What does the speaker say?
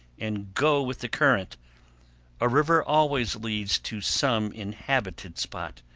and go with the current a river always leads to some inhabited spot.